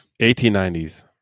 1890s